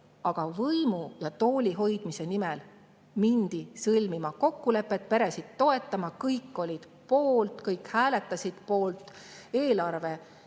Aga võimu ja tooli hoidmise nimel mindi sõlmima kokkulepet, peresid toetama. Kõik olid poolt, kõik hääletasid poolt